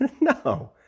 No